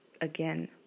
again